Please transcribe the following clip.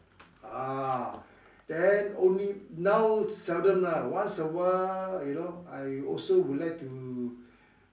ah then only now seldom lah once a while you know I also would like to